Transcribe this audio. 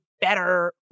better